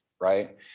right